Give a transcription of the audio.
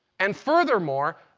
and furthermore,